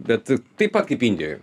bet taip pat kaip indijoj